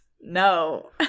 No